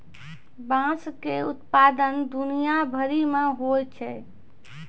बाँस के उत्पादन दुनिया भरि मे होय छै